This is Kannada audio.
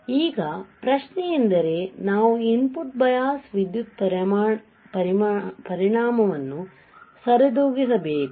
ಆದ್ದರಿಂದ ಈಗ ಪ್ರಶ್ನೆ ಯೆಂದರೆ ನಾವು ಇನ್ ಪುಟ್ ಬಯಾಸ್ ವಿದ್ಯುತ್ ಪರಿಣಾಮವನ್ನು ಸರಿದೂಗಿಸಬೇಕು